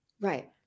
Right